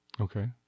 Okay